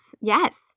yes